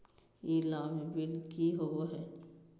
ई लाभ बिल की होबो हैं?